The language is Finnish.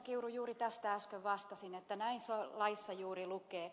kiuru juuri tähän äsken vastasin että näin laissa juuri lukee